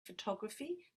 photography